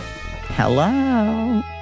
hello